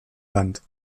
rand